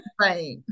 Right